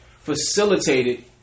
facilitated